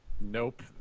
Nope